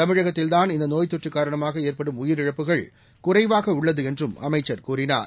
தமிழகத்தில்தான் இந்த நோய் தொற்று காரணமாக ஏறபடும் உயிரிழப்புகள் குறைவாக உள்ளது என்றும் அமைச்சர் கூறினார்